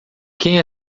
quem